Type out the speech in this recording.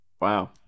Wow